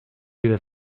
you